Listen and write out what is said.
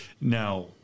Now